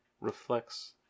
reflects